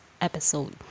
episode